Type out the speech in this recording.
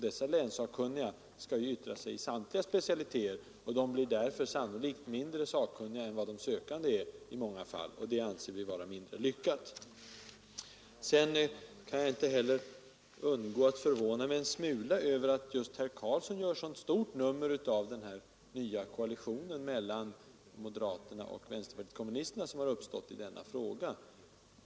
Dessa länssakkunniga skall då yttra sig i samtliga specialiteter, och blir därför i många fall sannolikt mindre sakkunniga än de sökande, och det anser vi inte så lyckat. Jag kan inte heller undgå att förvåna mig en smula över att just herr tället för det som nu föreslås, att Karlsson gör ett mycket stort nummer av den nya koalition mellan moderaterna och vänsterpartiet kommunisterna som har uppstått i denna fråga.